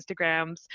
Instagrams